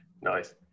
nice